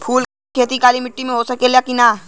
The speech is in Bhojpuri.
फूल के खेती काली माटी में हो सकेला की ना?